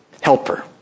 helper